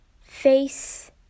face